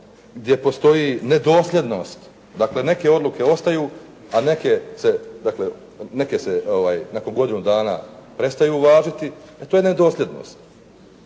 gdje postoji nedosljednost, dakle neke odluke ostaju, a neke se dakle, neke nakon godinu dana prestaju važiti, to je nedosljednost.